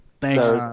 Thanks